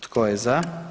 Tko je za?